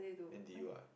N_D_U what